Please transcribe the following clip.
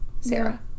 Sarah